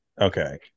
Okay